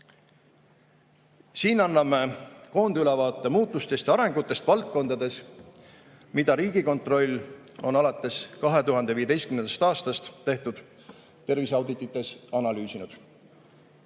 Siin anname koondülevaate muutustest ja arengutest valdkondades, mida Riigikontroll on alates 2015. aastast tehtud terviseauditites analüüsinud.